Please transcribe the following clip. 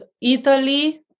Italy